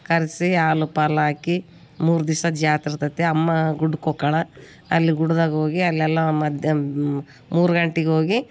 ಕರೆಸಿ ಹಾಲು ಪಾಲಾಕಿ ಮೂರು ದಿಸ ಜಾತ್ರೆ ಇರ್ತದೇ ಅಮ್ಮ ಗುಡ್ಡಕ್ಕೆ ಹೋಕ್ಕಳ ಅಲ್ಲಿ ಗುಡ್ದಾಗೆ ಹೋಗಿ ಅಲ್ಲಿ ಎಲ್ಲ ಮಧ್ಯ ಮೂರು ಗಂಟೆಗ್ ಹೋಗಿ